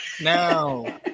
No